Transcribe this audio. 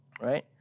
right